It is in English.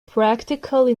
practically